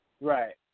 Right